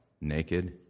naked